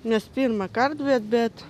nes pirmąkart bet